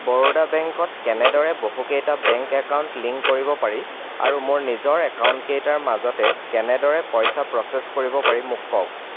বৰোদা বেংকত কেনেদৰে বহুকেইটা বেংক একাউণ্ট লিংক কৰিব পাৰি আৰু মোৰ নিজৰ একাউণ্টকেইটাৰ মাজতে কেনেদৰে পইচা প্ৰ'চেছ কৰিব পাৰি মোক কওক